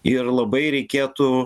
ir labai reikėtų